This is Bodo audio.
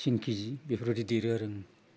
तिन केजि बेफोरबायदि देरो आरो